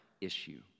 issue